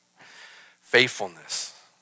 faithfulness